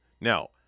Now